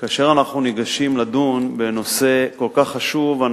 כאשר אנחנו ניגשים לדון בנושא כל כך חשוב אנחנו